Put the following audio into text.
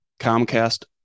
Comcast